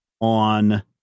on